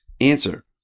Answer